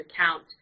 account